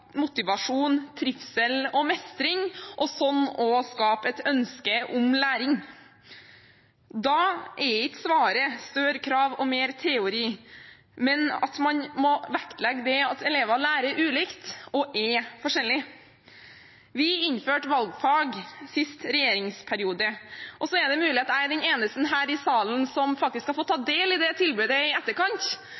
motivasjon, trivsel og mestring og slik også skape et ønske om læring. Da er ikke svaret større krav og mer teori, men at man må vektlegge det at elever lærer ulikt og er forskjellige. Vi innførte valgfag sist regjeringsperiode. Så er det mulig at jeg er den eneste her i salen som faktisk har fått ta